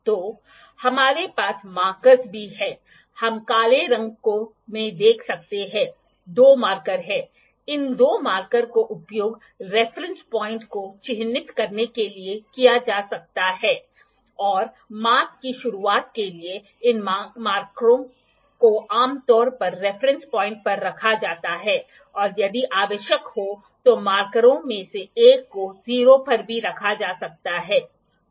जो angle subtended किया जाता है उसे गियर में इस्तेमाल किया जा सकता है इसे थ्रेड्स में इस्तेमाल किया जा सकता है थ्रेड प्रोफाइल मापन इसे जिग्स के लिए भी इस्तेमाल किया जा सकता है ठीक है और इसे जिब्स के लिए भी इस्तेमाल किया जा सकता है ठीक है